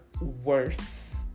worth